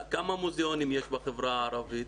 כמה מוזיאונים יש בחברה הערבית?